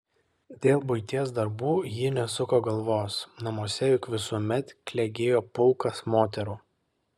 dėl buities darbų ji nesuko galvos namuose juk visuomet klegėjo pulkas moterų